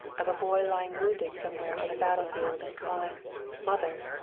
of a boy lying wounded somewhere on a battlefield and calling mother!